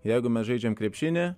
jeigu mes žaidžiam krepšinį